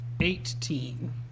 eighteen